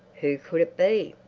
who could it be?